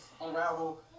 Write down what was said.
unravel